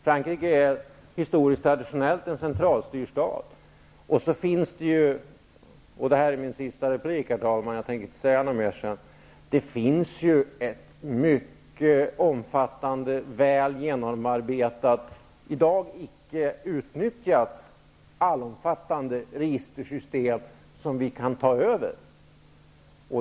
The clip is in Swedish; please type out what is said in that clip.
Frankrike är historiskt traditionellt en centralstyrd stat. Det här är min sista replik, herr talman. Jag tänker inte säga mer än att det finns ett mycket omfattande, väl genomarbetat, i dag icke utnyttjat allomfattande registersystem som vi kan ta över.